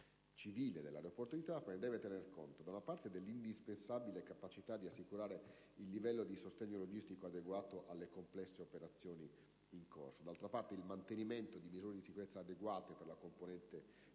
civile sull'aeroporto di Trapani deve tenere conto: dell'indispensabile capacità di assicurare il livello di sostegno logistico adeguato alle complesse operazioni in corso; del mantenimento delle misure di sicurezza per la componente